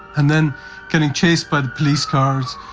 and then getting chased by the police cars,